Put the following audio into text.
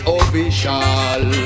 official